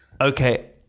Okay